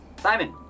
Simon